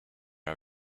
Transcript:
are